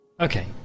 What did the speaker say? Okay